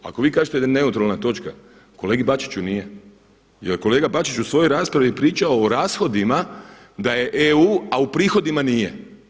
Ako vi kažete da je neutralna točka, kolegi Bačiću nije jer je kolega Bačić u svojoj raspravi pričao o rashodima da je EU, a u prihodima nije.